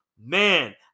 man